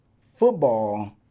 football